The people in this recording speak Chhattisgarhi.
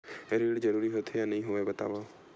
ऋण जरूरी होथे या नहीं होवाए बतावव?